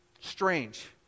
strange